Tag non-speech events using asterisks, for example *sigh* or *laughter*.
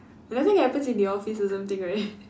nothing happens in the office or something right *laughs*